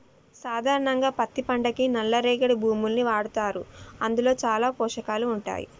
సాధారణంగా పత్తి పంటకి నల్ల రేగడి భూముల్ని వాడతారు అందులో చాలా పోషకాలు ఉంటాయి